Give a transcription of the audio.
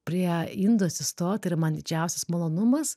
prie indų atsistot yra man didžiausias malonumas